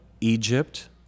egypt